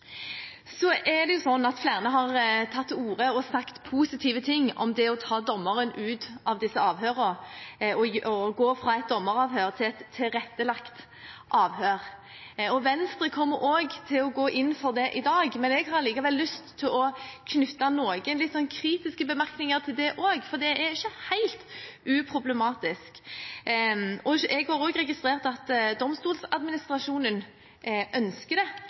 Så har flere har tatt til orde for og sagt positive ting om å ta dommeren ut av disse avhørene, å gå fra et dommeravhør til et tilrettelagt avhør. Venstre kommer også til å gå inn for det i dag. Jeg har likevel lyst til også å knytte noen kritiske bemerkninger til det, for det er ikke helt uproblematisk. Jeg har også registrert at Domstoladministrasjonen ønsker det,